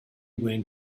when